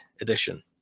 edition